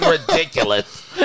ridiculous